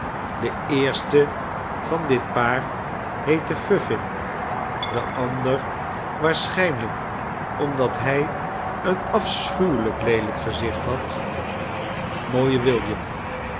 de eerste van dit paar heette vuffin de ander waarschijnlijk omdat hij een afschuwelijk leelijk gezicht had mooie william